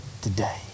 today